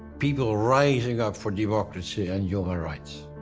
people rising up for democracy and human rights.